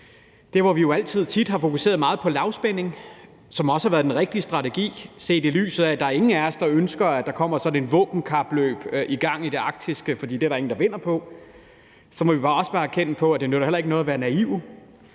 at hvor vi tit har fokuseret meget på lavspænding, hvilket også har været den rigtige strategi, set i lyset af at ingen af os ønsker, at der kommer sådan et våbenkapløb i gang i det arktiske, for det er der ingen, der vinder på, så må vi også bare erkende, at det ikke nytter noget at være naive